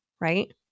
right